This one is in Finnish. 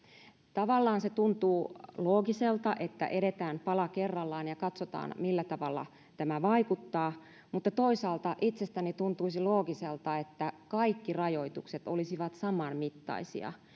tavallaan se tuntuu loogiselta että edetään pala kerrallaan ja katsotaan millä tavalla tämä vaikuttaa mutta toisaalta itsestäni tuntuisi loogiselta että kaikki rajoitukset olisivat samanmittaisia